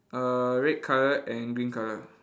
err red colour and green colour